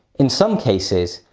in some cases,